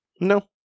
No